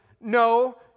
no